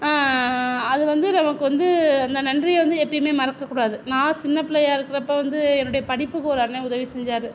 அது வந்து நமக்கு வந்து அந்த நன்றியை வந்து எப்போவுமே மறக்கக் கூடாது நான் சின்ன பிள்ளையாக இருக்கிறப்ப வந்து என்னுடைய படிப்புக்கு ஒரு அண்ணன் உதவி செஞ்சார்